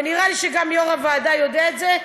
ונראה לי שגם יושב-ראש הוועדה יודע את זה,